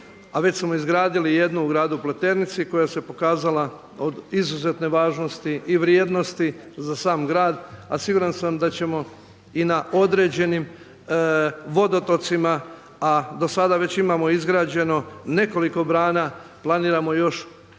a već smo izgradili jednu u Gradu Pleternici koja se pokazala od izuzetne važnosti i vrijednosti za sam grad a siguran sam da ćemo i na određenim vodotocima, a dosada već imao izgrađeno nekoliko brana, planiramo još